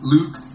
Luke